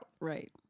Right